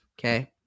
Okay